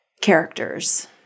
characters